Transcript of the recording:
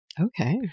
Okay